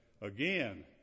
again